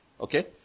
Okay